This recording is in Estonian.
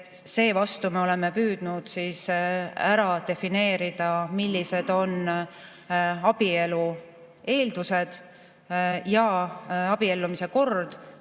Seevastu me oleme püüdnud ära defineerida, millised on abielu eeldused ja abiellumise kord